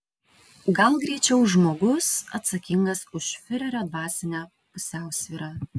gal greičiau žmogus atsakingas už fiurerio dvasinę pusiausvyrą